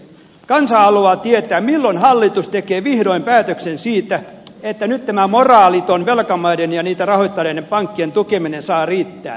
kansa haluaa tietää milloin hallitus tekee vihdoin päätöksen siitä että nyt tämä moraaliton velkamaiden ja niitä rahoittaneiden pankkien tukeminen saa riittää